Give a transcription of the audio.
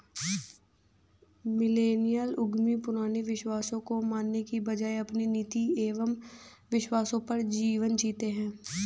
millennial उद्यमी पुराने विश्वासों को मानने के बजाय अपने नीति एंव विश्वासों पर जीवन जीते हैं